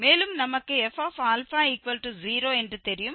மேலும் நமக்கு f0 என்று தெரியும்